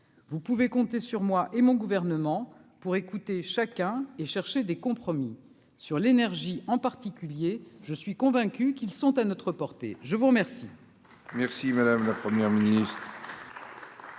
vous pouvez compter sur moi et mon gouvernement pour écouter chacun et chercher des compromis sur l'énergie, en particulier, je suis convaincu qu'ils sont à notre portée, je vous remercie.